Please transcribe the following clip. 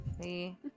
See